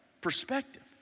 perspective